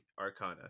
Arcana